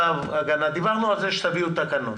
דיברנו על כך שתביאו תקנות.